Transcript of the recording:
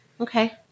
Okay